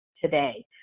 today